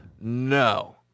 No